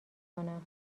کنم